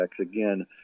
Again